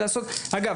אגב,